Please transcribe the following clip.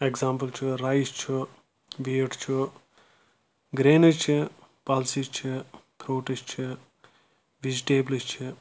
example چھُ rice چھُ wheat چھُ گرٛینٕز چھِ پَلسِز چھِ فروٗٹٕز چھِ ویجِٹیبٕلٕز چھِ